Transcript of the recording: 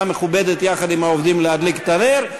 מכובדת יחד עם העובדים להדליק את הנר.